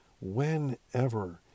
Whenever